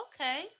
Okay